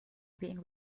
being